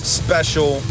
special